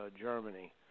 Germany